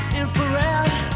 infrared